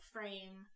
Frame